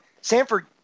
Sanford